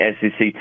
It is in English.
sec